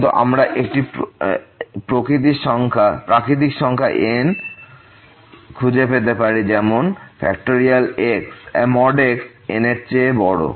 কিন্তু আমরা একটি প্রাকৃতিক সংখ্যা n খুঁজে পেতে পারি যেমন x n এর চেয়ে বড়ো